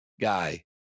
guy